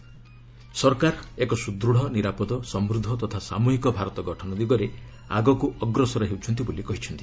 ସରକାର ଏକ ସୁଦୃଢ଼ ନିରାପଦ ସମୃଦ୍ଧ ତଥା ସାମୁହିକ ଭାରତ ଗଠନ ଦିଗରେ ଆଗକୁ ଅଗ୍ରସର ହେଉଛନ୍ତି ବୋଲି କହିଛନ୍ତି